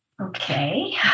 Okay